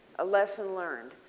a lesson learned.